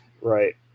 Right